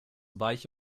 weich